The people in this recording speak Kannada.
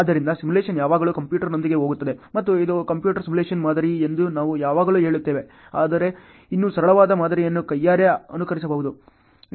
ಆದ್ದರಿಂದ ಸಿಮ್ಯುಲೇಶನ್ ಯಾವಾಗಲೂ ಕಂಪ್ಯೂಟರ್ನೊಂದಿಗೆ ಹೋಗುತ್ತದೆ ಮತ್ತು ಇದು ಕಂಪ್ಯೂಟರ್ ಸಿಮ್ಯುಲೇಶನ್ ಮಾದರಿ ಎಂದು ನಾವು ಯಾವಾಗಲೂ ಹೇಳುತ್ತೇವೆ ಆದರೆ ಇನ್ನೂ ಸರಳವಾದ ಮಾದರಿಗಳನ್ನು ಕೈಯಾರೆ ಅನುಕರಿಸಬಹುದು